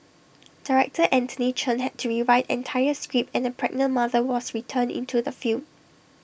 Director Anthony Chen had to rewrite entire script and A pregnant mother was return into the film